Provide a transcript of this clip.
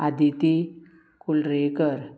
Aditi Kulrekar